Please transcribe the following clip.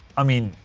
i mean,